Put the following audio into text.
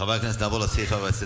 של חבר הכנסת אוריאל בוסו.